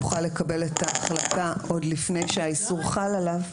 יוכל לקבל את ההחלטה עוד לפני שהאיסור חל עליו,